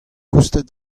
koustet